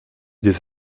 des